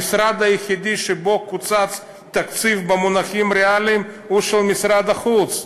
המשרד היחידי שבו קוצץ התקציב במונחים ריאליים הוא משרד החוץ.